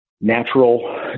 natural